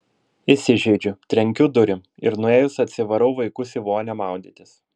įsižeidžiu trenkiu durim ir nuėjus atsivarau vaikus į vonią maudytis